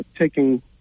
taking